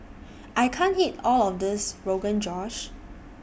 I can't eat All of This Rogan Josh